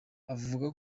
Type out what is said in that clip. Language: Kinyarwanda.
avuga